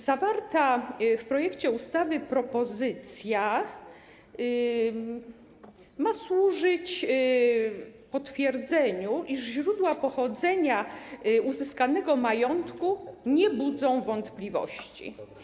Zawarta w projekcie ustawy propozycja ma służyć potwierdzeniu, iż źródła pochodzenia uzyskanego majątku nie budzą wątpliwości.